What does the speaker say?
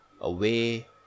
away